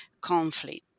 conflict